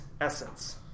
essence